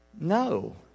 No